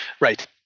Right